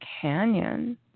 Canyon